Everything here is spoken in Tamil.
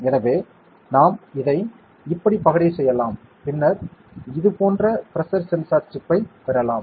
எனவே நாம் இதை இப்படி பகடை செய்யலாம் பின்னர் இதுபோன்ற பிரஷர் சென்சார் சிப்பைப் பெறலாம்